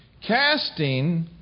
Casting